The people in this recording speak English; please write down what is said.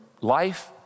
life